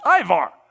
Ivar